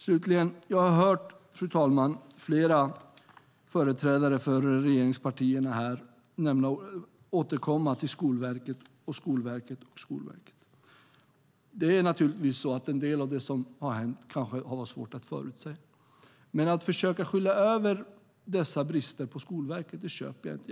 Slutligen: Jag har hört flera företrädare för regeringspartierna återkomma till Skolverket. En del av det som har hänt kanske har varit svårt att förutse. Men att man försöker skylla dessa brister på Skolverket köper jag inte.